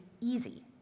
easy